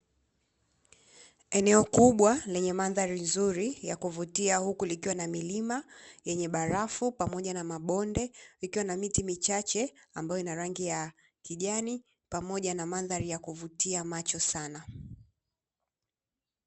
Eneo kubwa lenye mandhari nzuri ya kuvutia huku, likiwa na milima yenye barafu pamoja na mabonde, ikiwa na miti michache ambayo ina rangi ya kijani pamoja na mandhari ya kuvutia macho sana.